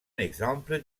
exemple